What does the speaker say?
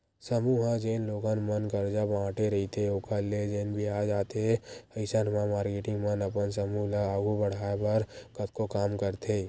समूह ह जेन लोगन मन करजा बांटे रहिथे ओखर ले जेन बियाज आथे अइसन म मारकेटिंग मन अपन समूह ल आघू बड़हाय बर कतको काम करथे